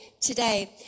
today